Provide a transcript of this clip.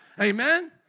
Amen